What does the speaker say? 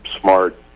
smart